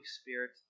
Spirit